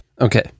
Okay